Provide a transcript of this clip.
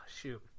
shoot